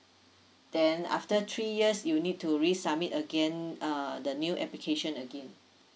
then after three years you need to resubmit again uh the new application again